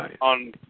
on